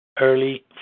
Early